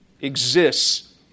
exists